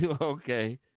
Okay